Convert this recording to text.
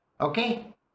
Okay